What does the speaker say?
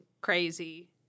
crazy